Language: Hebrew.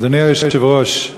אדוני היושב-ראש,